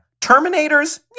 Terminators